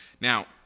Now